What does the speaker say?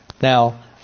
Now